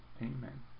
amen